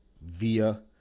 via